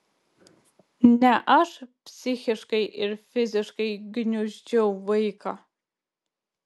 ne aš psichiškai ir fiziškai gniuždžiau vaiką